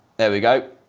there we go!